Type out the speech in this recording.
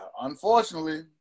unfortunately